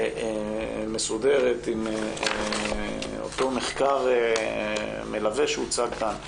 מסודרת עם אותו מחקר מלווה שהוצג כאן.